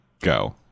go